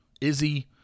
Izzy